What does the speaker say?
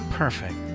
Perfect